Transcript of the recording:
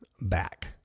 back